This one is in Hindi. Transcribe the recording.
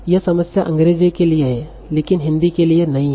यह समस्या अंग्रेजी के लिए है लेकिन हिंदी के लिए नहीं है